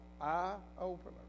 eye-opener